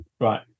right